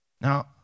Now